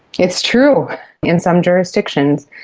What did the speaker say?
it's true in some jurisdictions.